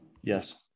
Yes